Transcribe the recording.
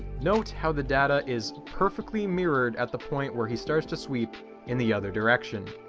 note how the data is perfectly mirrored at the point where he starts to sweep in the other direction.